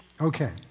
Okay